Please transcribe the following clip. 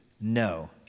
No